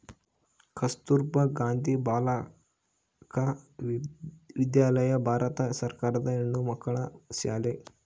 ಕಸ್ತುರ್ಭ ಗಾಂಧಿ ಬಾಲಿಕ ವಿದ್ಯಾಲಯ ಭಾರತ ಸರ್ಕಾರದ ಹೆಣ್ಣುಮಕ್ಕಳ ಶಾಲೆ